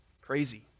crazy